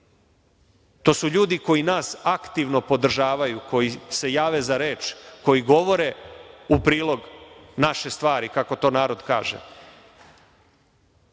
to su ljudi koji nas aktivno podržavaju, koji se jave za reč, koji govore u prilog naše stvari, kako to narod